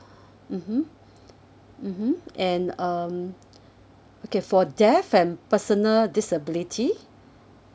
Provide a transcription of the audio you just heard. mmhmm mmhmm and um okay for death and personal disability